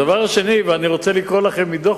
הדבר השני ואני רוצה לקרוא לכם מדוח